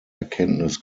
erkenntnis